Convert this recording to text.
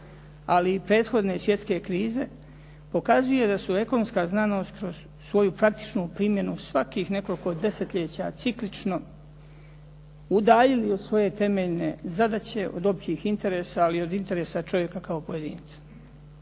ali i prethodne svjetske krize pokazuje da su ekonomska znanost kroz svoju praktičnu primjenu svakih nekoliko desetljeća ciklično udaljili od svoje temeljne zadaće, od općih interesa ali i interesa čovjeka kao pojedinca.